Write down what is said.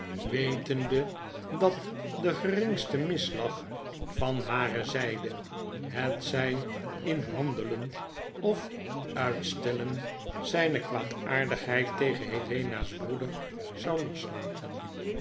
wetende dat de geringste misslag van hare zyde hetzij in handelen of uitstellen zyne kwaadaardigheid tegen helena's broeder zou loslaten